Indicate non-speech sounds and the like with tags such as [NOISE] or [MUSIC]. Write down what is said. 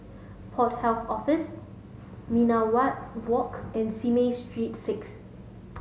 Port Health Office Minaret [UNINTELLIGIBLE] Walk and Simei Street six